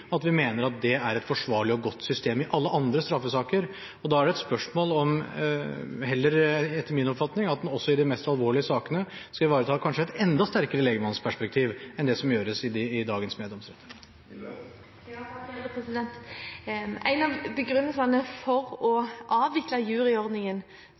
at vi mener at det er et forsvarlig og godt system i alle andre straffesaker. Da er det heller et spørsmål om, etter min oppfatning, at man også i de mest alvorlige sakene skal ivareta et kanskje enda sterkere lekmannsperspektiv enn det som gjøres i dagens meddomsrett. En av begrunnelsene for å avvikle juryordningen